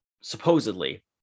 supposedly